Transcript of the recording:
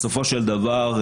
בסופו של דבר,